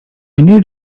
need